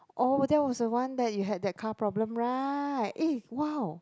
oh that was the one that you have that car problem right eh !wow!